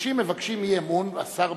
אנשים מבקשים אי-אמון, והשר משיב.